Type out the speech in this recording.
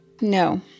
No